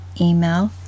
email